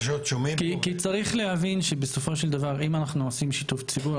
כי צריך להבין שבסופו של דבר אם אנחנו עושים שיתוף ציבור,